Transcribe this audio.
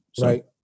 Right